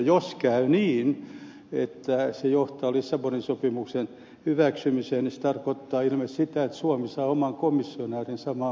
jos käy niin että se johtaa lissabonin sopimuksen hyväksymiseen se tarkoittaa ilmeisesti sitä että suomi samalla saa oman komissaarin